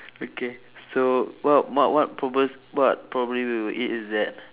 okay so what what what proba~ what probably we will eat is that